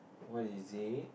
what is it